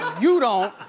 you don't!